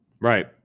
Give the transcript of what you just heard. Right